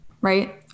right